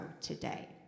today